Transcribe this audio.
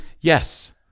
Yes